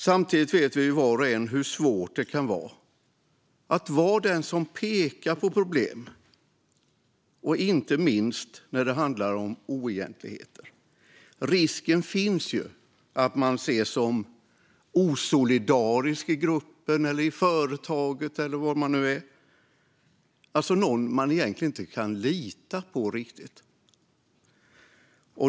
Samtidigt vet vi var och en hur svårt det kan vara att vara den som pekar på problem, inte minst när det handlar om oegentligheter. Risken finns att man ses som osolidarisk i gruppen, i företaget eller var man nu är - alltså som någon man egentligen inte riktigt kan lita på.